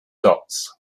dots